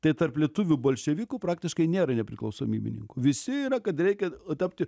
tai tarp lietuvių bolševikų praktiškai nėra nepriklausomybininkų visi yra kad reikia tapti